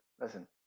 listen